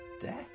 death